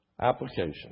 Application